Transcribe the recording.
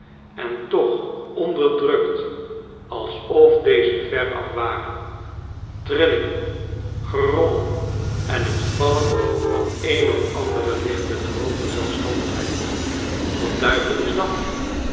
en toch onderdrukt alsof deze veraf waxen trillingen gerommel en het vallen van een of andere lichte droge zelfstandigheid wat duivel is dat